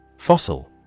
Fossil